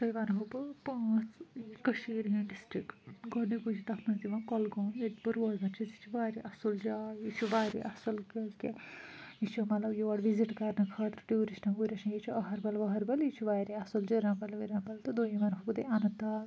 تۄہہِ وَنہو بہٕ پانٛژھ کٔشیٖرِ ہٕنٛدۍ ڈِسٹرک گۄڈنیُکُے چھُ تَتھ منٛز یِوان کۄلگوم ییٚتہِ بہٕ روزان چھَس یہِ چھِ واریاہ اَصٕل جاے یہِ چھُ واریاہ اَصٕل کیٛازِکہِ یہِ چھُ مطلب یور وِزِٹ کَرنہٕ خٲطرٕ ٹیٛوٗرِسٹَن ووٗرِسٹَن ییٚتہِ چھُ اَہربَل وہربَل یہِ چھُ واریاہ اَصٕل جِرٛمبَل وِرٛمبَل تہٕ دوٚیِم وَنہو بہٕ تۄہہِ اَننت ناگ